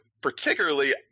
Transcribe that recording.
particularly